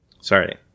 sorry